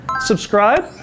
subscribe